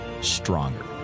stronger